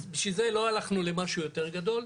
אז בשביל זה לא הלכנו למשהו יותר גדול.